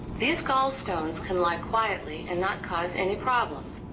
these gallstones can lie quietly and not cause any problems.